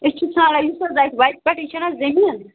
أسۍ چھِ سارِوٕے کھۅتہٕ وتہِ وَتہِ پٮ۪ٹھٕے چھَنا زٔمیٖن